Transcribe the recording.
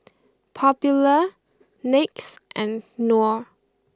Popular Nyx and Knorr